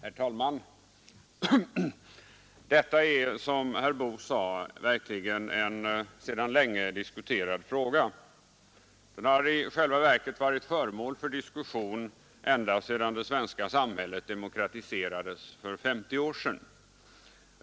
Herr talman! Detta är, som herr Boo sade, verkligen en sedan länge diskuterad fråga. Den har i själva verket varit föremål för diskussion ända sedan det svenska samhället demokratiserades för 50 år sedan.